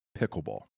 Pickleball